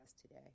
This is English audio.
today